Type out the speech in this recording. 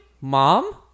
mom